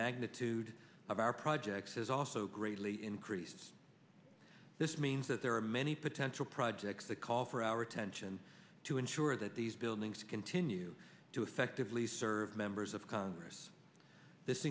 magnitude of our projects is also greatly increases this means that there are many potential projects that call for our attention to ensure that these buildings continue to effectively serve member of congress this